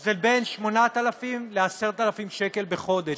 זה בין 8,000 ל-10,000 שקל בחודש,